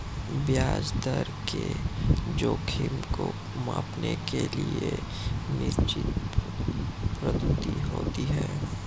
ब्याज दर के जोखिम को मांपने के लिए निश्चित पद्धति होती है